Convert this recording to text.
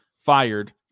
fired